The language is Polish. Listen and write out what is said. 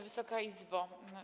Wysoka Izbo!